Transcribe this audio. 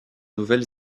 nouvelle